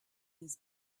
his